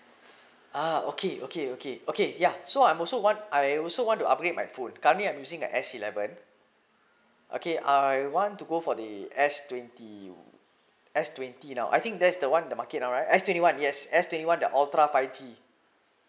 uh okay okay okay okay yeah so I'm also want I also want to upgrade my phone currently I'm using S eleven okay I want to go for the S twenty S twenty now I think that's the one the market now right S twenty one yes S twenty one the ultra five G